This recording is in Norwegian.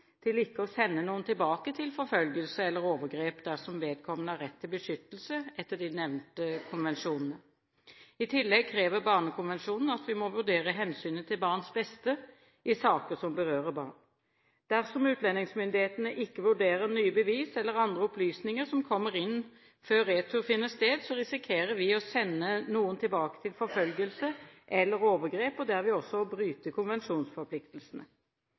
til ikke å sende noen tilbake til forfølgelse eller overgrep dersom vedkommende har rett til beskyttelse etter de nevnte konvensjonene. I tillegg krever Barnekonvensjonen at vi må vurdere hensynet til barnets beste i saker som berører barn. Dersom utlendingsmyndighetene ikke vurderer nye bevis eller andre opplysninger som kommer inn før retur finner sted, risikerer vi å sende noen tilbake til forfølgelse eller overgrep og derved også bryte konvensjonsforpliktelsene.